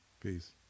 Peace